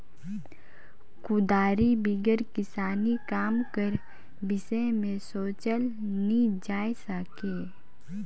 कुदारी बिगर किसानी काम कर बिसे मे सोचल नी जाए सके